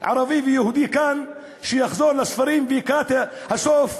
כנסת ערבי או יהודי כאן שיחזור לספרים ויקרא את הסוף.